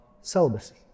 celibacy